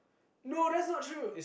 no that's not true